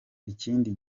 ikindi